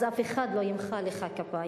אז אף אחד לא ימחא לך כפיים.